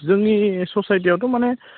जोंनि ससायटियावथ' माने